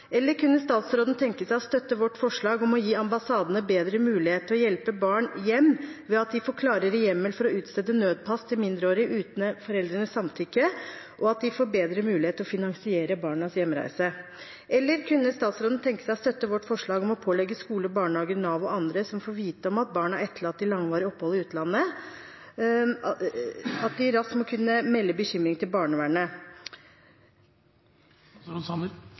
Eller kunne statsråden tenke seg å støtte vårt forslag om å gi ambassadene bedre mulighet til å hjelpe barn hjem ved at de får klarere hjemmel for å utstede nødpass til mindreårige uten foreldrenes samtykke, og at de får bedre mulighet til å finansiere barnas hjemreise? Eller kunne statsråden tenke seg å støtte vårt forslag om å pålegge skoler, barnehager, Nav og andre som får vite om at barna er etterlatt i langvarige opphold i utlandet, at de raskt må melde bekymringen til barnevernet?